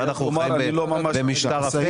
מה, אנחנו חיים במשטר אפל?